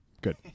Good